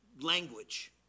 language